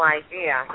idea